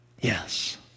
yes